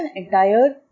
entire